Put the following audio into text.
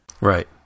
right